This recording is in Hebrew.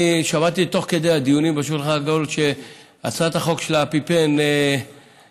אני שמעתי תוך כדי הדיונים בשולחן שהצעת החוק של חובת הצבת